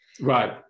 Right